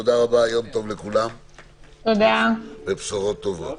תודה רבה, יום טוב לכולם ובשורות טובות.